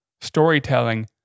storytelling